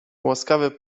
łaskawy